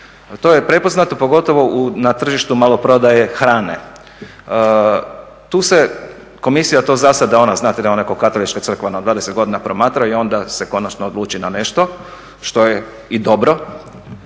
To je prepoznato pogotovo na tržištu maloprodaje hrane. Tu se, Komisija to zasada, ono znate da ono kao …/Govornik se ne razumije./… 20 godina promatra i onda se konačno odluči na nešto što je i dobro.